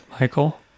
Michael